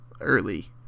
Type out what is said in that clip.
early